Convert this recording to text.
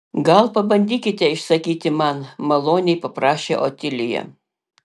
gal pabandykite išsakyti man maloniai paprašė otilija